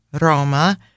Roma